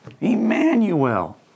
Emmanuel